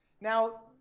Now